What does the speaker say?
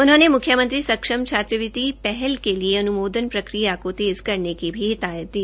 उन्होंने मुख्यमंत्री सक्षम छात्रवृति पहल के लिए अनुमोदन प्रक्रिया को तेज करने की हिदायत भी दी